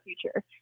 future